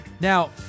Now